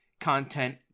content